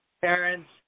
parents